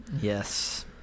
Yes